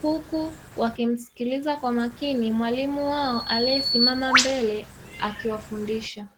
huku wakimsikiliza kwa makini mwalimu wao aliyesimama mbele akiwafundisha.